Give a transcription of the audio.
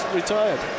retired